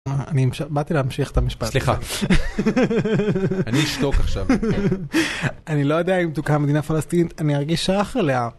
אני עכשיו באתי להמשיך את המשפט. סליחה, אני אשתוק עכשיו. אני לא יודע אם תוקם מדינה פלסטינית אני ארגיש שייך אליה.